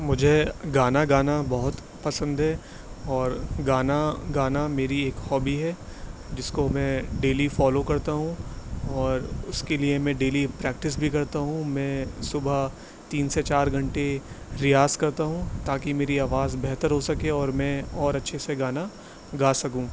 مجھے گانا گانا بہت پسند ہے اور گانا گانا میری ایک ہابی ہے جس کو میں ڈیلی فالو کرتا ہوں اور اس کے لیے میں ڈیلی پریکٹس بھی کرتا ہوں میں صبح تین سے چار گھنٹے ریاض کرتا ہوں تاکہ میری آواز بہتر ہو سکے اور میں اور اچھے سے گانا گا سکوں